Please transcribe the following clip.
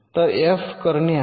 तर एफ करणे आहे